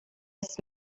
was